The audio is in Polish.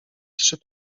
trzy